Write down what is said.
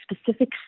specific